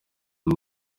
and